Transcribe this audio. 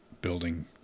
building